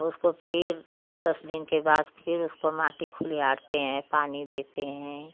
उसको फिर दस दिन के फिर उसको माटी खुलिहारते हैं पानी देते हैं